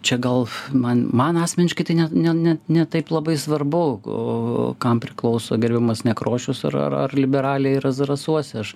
čia gal man man asmeniškai tai ne ne ne taip labai svarbu o kam priklauso gerbiamas nekrošius ar ar liberalė yra zarasuose aš